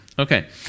Okay